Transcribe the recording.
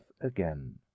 again